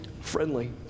friendly